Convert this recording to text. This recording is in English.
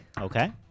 Okay